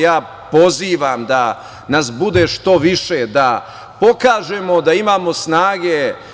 Ja pozivam da nas bude što više, da pokažemo da imamo snage.